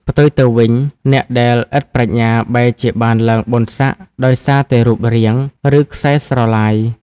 ផ្ទុយទៅវិញ អ្នកដែលឥតប្រាជ្ញាបែរជាបានឡើងបុណ្យស័ក្តិដោយសារតែរូបរាង ឬខ្សែស្រឡាយ។